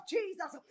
Jesus